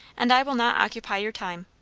and i will not occupy your time.